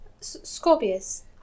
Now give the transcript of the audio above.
Scorpius